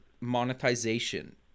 monetization